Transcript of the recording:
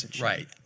Right